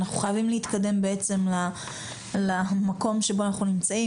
אנחנו חייבים להתקדם למקום שבו אנחנו נמצאים,